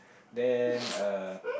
then uh